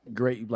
great